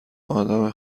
آدم